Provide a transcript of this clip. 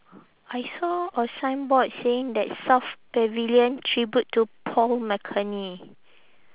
I saw a signboard saying that south pavilion tribute to paul mckenny